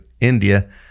India